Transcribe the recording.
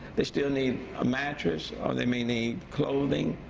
they still need a mattress or they may need clothing.